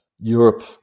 Europe